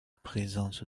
présence